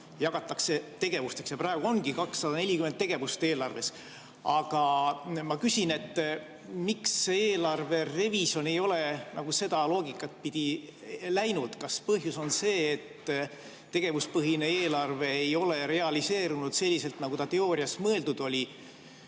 jagatakse tegevusteks. Ja praegu ongi 240 tegevust eelarves. Aga ma küsin, miks eelarve revisjon ei ole nagu seda loogikat pidi läinud. Kas põhjus on see, et tegevuspõhine eelarve ei ole realiseerunud selliselt, nagu ta teoorias mõeldud oli,